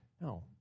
No